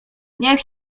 niech